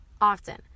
often